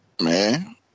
Man